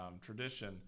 tradition